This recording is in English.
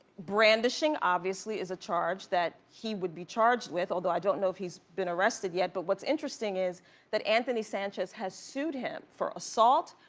brandishing obviously is a charge that he would be charged with. although i don't know if he's been arrested yet but what's interesting is that anthony sanchez has sued him for assault,